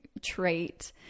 trait